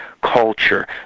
Culture